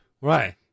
Right